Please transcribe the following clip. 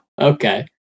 Okay